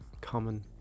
common